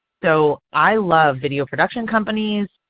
so i love video production companies.